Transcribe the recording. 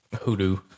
hoodoo